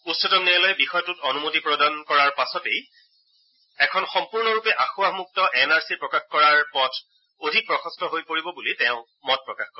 উচ্চতম ন্যায়ালয়ে বিষয়টোত অনুমতি প্ৰদান কৰাৰ পাছতেই এখন সম্পূৰ্ণৰূপে আঁসোৱাহমুক্ত এন আৰ চি প্ৰকাশ কৰাৰ পথ অধিক প্ৰশস্ত হৈ পৰিব বুলি তেওঁ মত প্ৰকাশ কৰে